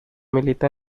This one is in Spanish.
milita